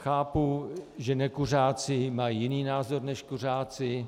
Chápu, že nekuřáci mají jiný názor než kuřáci.